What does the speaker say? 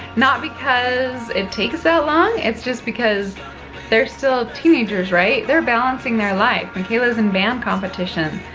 not because it takes that long, it's just because they're still teenagers, right? they're balancing their life. mckayla's in band competition,